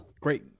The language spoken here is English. great